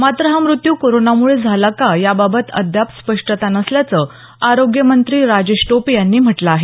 मात्र हा मृत्यू कोरोनामुळेच झाला का याबाबत अद्याप स्पष्टता नसल्याचं आरोग्यमंत्री राजेश टोपे यांनी म्हटलं आहे